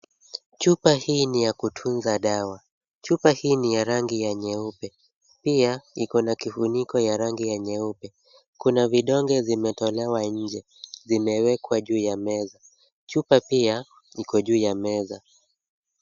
Chupa hii ni ya kutunza dawa, chupa hii ni ya rangi ya nyeupe pia iko na kifuniko ya rangi ya nyeupe. Kuna vidonge zimetolewa nje zimewekwa juu ya meza. Chupa pia iko juu ya meza.